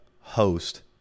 host